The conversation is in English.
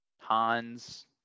Hans